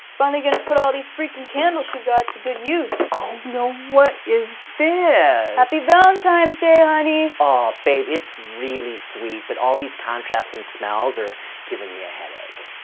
finally gonna put all these freakin' candles she got to good use! oh no, what is this? yeah happy valentimes day, honey! aw babe, it's really sweet, but all these contrasting smells are giving me a headache.